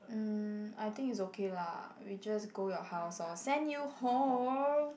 mm I think it's okay lah we just go your house orh send you home